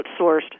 outsourced